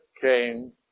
came